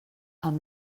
amb